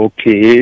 Okay